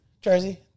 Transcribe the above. Jersey